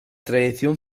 tradición